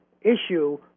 issue